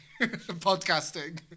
Podcasting